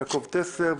יעקב טסלר.